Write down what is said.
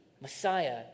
Messiah